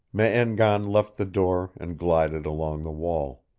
me-en-gan left the door and glided along the wall.